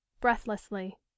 breathlessly